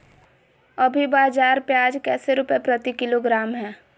अभी बाजार प्याज कैसे रुपए प्रति किलोग्राम है?